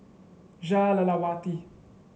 Jah Lelawati